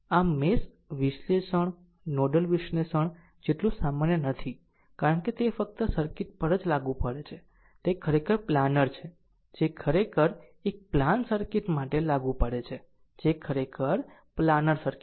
આમ મેશ વિશ્લેષણ નોડલ વિશ્લેષણ જેટલું સામાન્ય નથી કારણ કે તે ફક્ત સર્કિટ્સ પર જ લાગુ પડે છે તે ખરેખર પ્લાનર છે જે ખરેખર એક પ્લાન સર્કિટ માટે લાગુ પડે છે જે ખરેખર પ્લાનર સર્કિટ છે